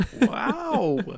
wow